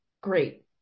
great